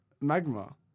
magma